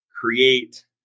create